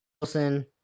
Wilson